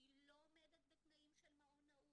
היא לא עומדת בתנאים של מעון נעול,